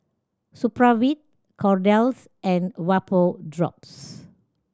Supravit Kordel's and Vapodrops